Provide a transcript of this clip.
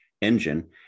engine